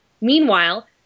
Meanwhile